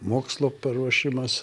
mokslo paruošimas